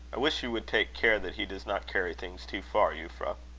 i wish you would take care that he does not carry things too far, euphra.